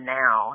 now